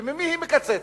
וממי היא מקצצת?